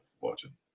watching